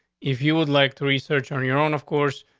if you would like to research on your own, of course,